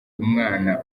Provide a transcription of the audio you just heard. umwana